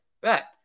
bet